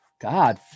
god